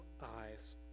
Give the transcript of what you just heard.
eyes